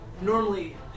normally